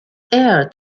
air